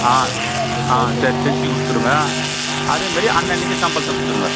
ஆ ஆ சரி செஞ்சு கொடுத்துருங்க அதே மாரி அன்னன்னைக்கி சம்பளத்தை கொடுத்துருங்க